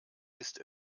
ist